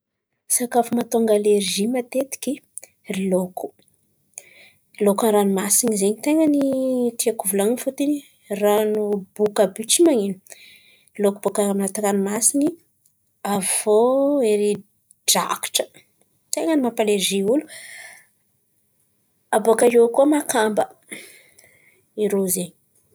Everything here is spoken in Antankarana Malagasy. Sakafo mahatônga alergy matetiky: ry laoko, laoko an-ranomasin̈y zen̈y matetiky tiako volan̈in̈y fôton̈y ran̈o boka àby io tsy man̈ino. Laoko bôkà anaty ranomasin̈y, avô ery drakatra ten̈a mampa alergy olo abôka eo koa makamba, irô zen̈y.